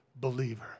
believer